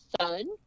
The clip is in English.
son